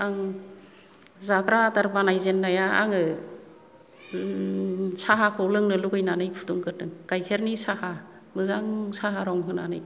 आं जाग्रा आदार बानायजेननाया आङो साहाखौ लोंनो लुगैनानै फुदुंग्रोदों गाइखेरनि साहा मोजां साहा रं होनानै